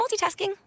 multitasking